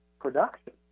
production